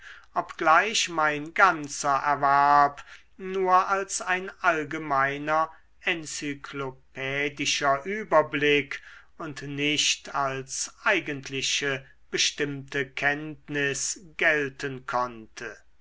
obgleich mein ganzer erwerb nur als ein allgemeiner enzyklopädischer überblick und nicht als eigentliche bestimmte kenntnis gelten konnte